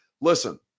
listen